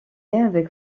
avec